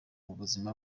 buzima